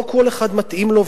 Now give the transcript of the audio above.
לא כל אחד מתאים לו,